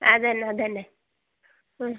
അതെന്നെ അതന്നെ